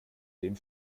dem